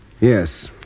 yes